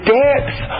depth